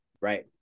right